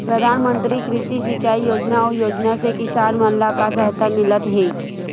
प्रधान मंतरी कृषि सिंचाई योजना अउ योजना से किसान मन ला का सहायता मिलत हे?